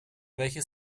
welche